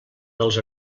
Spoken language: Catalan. dels